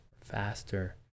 faster